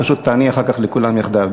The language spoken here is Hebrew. פשוט תעני אחר כך לכולם יחדיו.